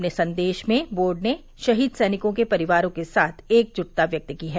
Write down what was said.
अपने संदेश में बोर्ड ने शहीद सैनिकों के परिवारों के साथ एकजुटता व्यक्त की है